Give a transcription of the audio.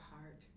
heart